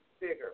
Bigger